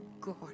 God